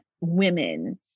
women